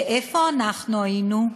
ואיפה אנחנו היינו?